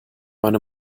meine